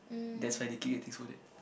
that's why they keep getting scolded